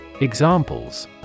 Examples